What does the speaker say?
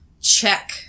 check